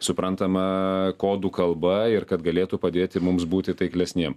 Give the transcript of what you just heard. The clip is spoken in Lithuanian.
suprantama kodų kalba ir kad galėtų padėti mums būti taiklesniem